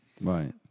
right